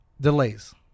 delays